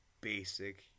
basic